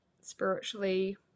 spiritually